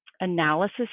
analysis